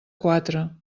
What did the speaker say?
quatre